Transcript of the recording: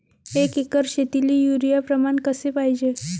एक एकर शेतीले युरिया प्रमान कसे पाहिजे?